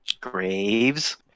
Graves